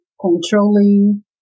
controlling